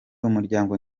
umuryango